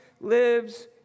lives